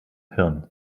hirn